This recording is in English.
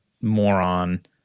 moron